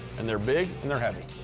and they're big, and they're heavy.